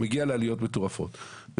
העלויות מטורפות.